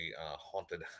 haunted